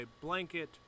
blanket